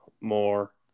more